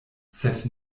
sed